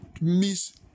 miss